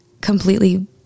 completely